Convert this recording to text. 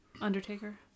Undertaker